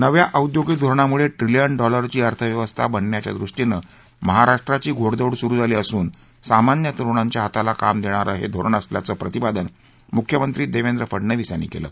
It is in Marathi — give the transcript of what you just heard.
नव्या औद्योगिक धोरणामुळे ट्रिलियन डॉलरची अर्थव्यवस्था बनण्याच्या दृष्टीनं महाराष्ट्राची घोडदौड सुरु झाली असून सामान्य तरुणांच्या हाताला काम देणारे हे धोरण असल्याचं प्रतिपादन मुख्यमंत्री देवेंद्र फडनवीस यांनी केलं